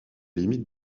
limites